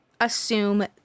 assume